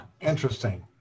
interesting